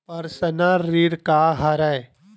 Personal ऋण का हरय?